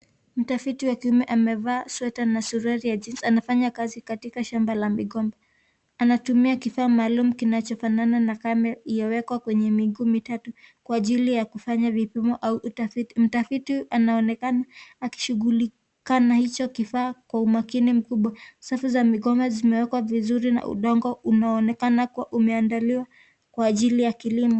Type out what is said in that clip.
Mtafiti wa kiume amevaa sweta na suruali ya jeans anafanya kazi katika shamba la migomba anatumia kifaa malum inayofanana na kamera iliyowekwa kwenye miguu mitatu kwa ajili ya kufanya vipimo au utafiti . Mtafiti anaonekana akishughulika na hicho kifaa kwa umakini mkubwa, sasa za migomba zimewekwa vizuri na udongo unaonekana kuwa umeandaliwa kwa ajili ya kilimo.